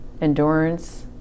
endurance